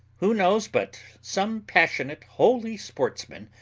who knows but some passionate holy sportsman,